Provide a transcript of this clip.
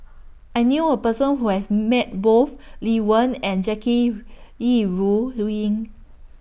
I knew A Person Who has Met Both Lee Wen and Jackie Yi Ru Ying